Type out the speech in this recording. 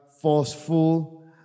forceful